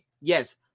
Yes